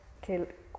que